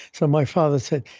so my father said,